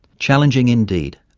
challenging indeed,